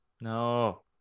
No